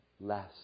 less